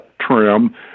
trim